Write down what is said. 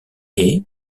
est